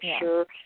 sure